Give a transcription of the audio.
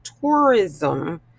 tourism